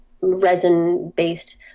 resin-based